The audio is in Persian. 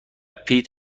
پیت